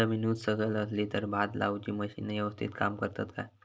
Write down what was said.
जमीन उच सकल असली तर भात लाऊची मशीना यवस्तीत काम करतत काय?